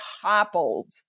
toppled